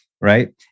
right